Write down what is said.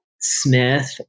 Smith